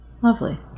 lovely